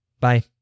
bye